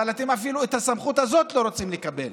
אבל אפילו את הסמכות הזאת אתם לא רוצים לקבל.